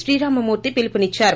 శ్రీరామ మూర్తి పిలుపునిచ్చారు